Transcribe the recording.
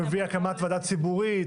הוא הביא הקמת ועדה ציבורית.